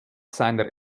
seiner